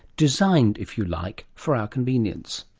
designed, if you like, for our convenience?